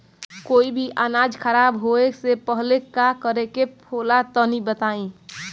कोई भी अनाज खराब होए से पहले का करेके होला तनी बताई?